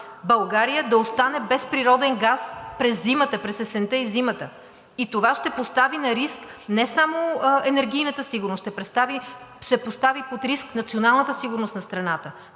България да остане без природен газ през есента и зимата. Това ще постави на риск не само енергийната сигурност. Ще постави под риск националната сигурност на страната.